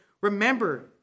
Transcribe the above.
remember